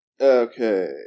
Okay